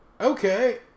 okay